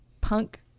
punk